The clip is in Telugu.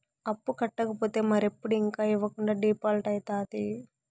అప్పు కట్టకపోతే మరెప్పుడు ఇంక ఇవ్వకుండా డీపాల్ట్అయితాది